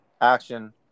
action